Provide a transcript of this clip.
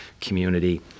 community